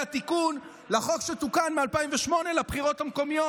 תיקון לחוק שתוקן ב-2008 לבחירות המקומיות?